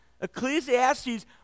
Ecclesiastes